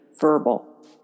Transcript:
verbal